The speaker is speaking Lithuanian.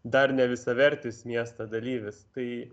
dar ne visavertis miesto dalyvis tai